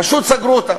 פשוט סגרו אותם.